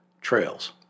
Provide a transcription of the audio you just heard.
trails